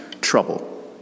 trouble